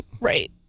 Right